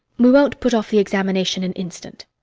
we won't put off the examination an instant.